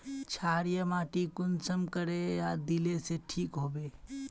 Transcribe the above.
क्षारीय माटी कुंसम करे या दिले से ठीक हैबे?